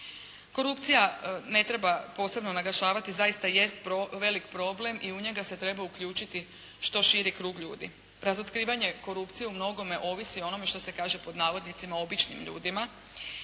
Korupcija ne treba posebno naglašavati, zaista jest veliki problem i u njega se treba uključiti što širi krug ljudi. Razotkrivanje korupcije u mnogome ovisi o onome što se kaže pod navodnicima "običnim ljudima",